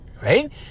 right